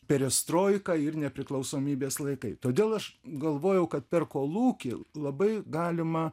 perestroika ir nepriklausomybės laikai todėl aš galvojau kad per kolūkį labai galima